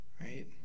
right